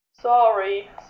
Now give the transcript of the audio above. Sorry